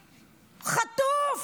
חטוף.